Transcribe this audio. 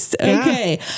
okay